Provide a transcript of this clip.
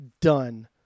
done